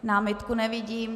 Námitku nevidím.